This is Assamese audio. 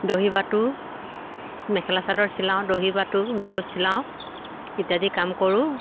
দহি বাতো মেখেলা চাদৰ চিলাওঁ দহি বাতো ব্লাউজ চিলাওঁ ইত্যাদি কাম কৰোঁ